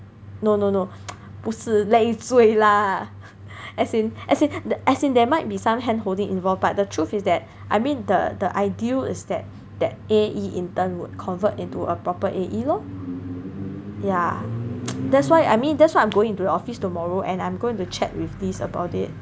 no no no 不是累赘 lah as in as in the as in there might be some hand holding involved but the truth is that I mean the the ideal is that that A_E intern would convert into a proper A_E lor ya that's why I mean that's what I'm going to the office tomorrow and I'm going to chat with Liz about it